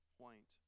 point